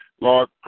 Lord